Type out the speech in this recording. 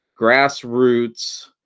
grassroots